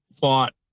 fought